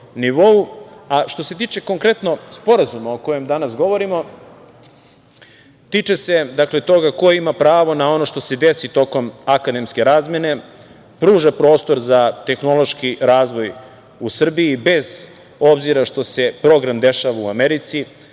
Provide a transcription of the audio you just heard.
se tiče konkretno sporazuma o kojem danas govorimo, tiče se, dakle, toga ko ima pravo na ono što se desi tokom akademske razmene, pruža prostor za tehnološki razvoj u Srbiji, bez obzira što se program dešava u Americi,